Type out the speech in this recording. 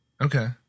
Okay